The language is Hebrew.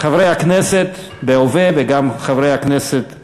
חברי הכנסת בהווה וגם חברי הכנסת בעבר,